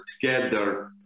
together